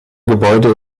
gebäude